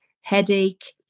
headache